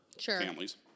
families